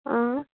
آ